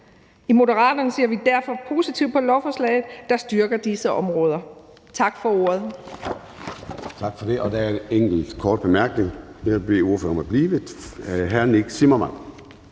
I Moderaterne ser vi derfor positivt på lovforslaget, der styrker disse områder. Tak for ordet.